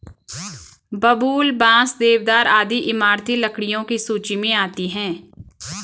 बबूल, बांस, देवदार आदि इमारती लकड़ियों की सूची मे आती है